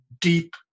deep